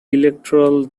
electoral